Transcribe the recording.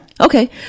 Okay